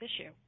issue